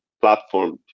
platform